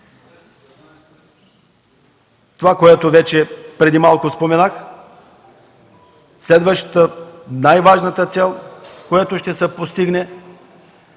това, което преди малко споменах, следващата, най-важната цел, която ще се постигне,